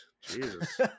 Jesus